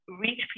reach